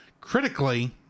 critically